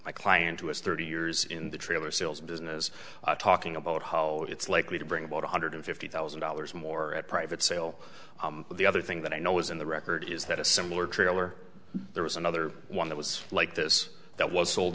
my client who is thirty years in the trailer sales business talking about how it's likely to bring about one hundred fifty thousand dollars more at private sale the other thing that i know is in the record is that a similar trailer there was another one that was like this that was sold